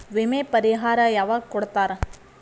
ವಿಮೆ ಪರಿಹಾರ ಯಾವಾಗ್ ಕೊಡ್ತಾರ?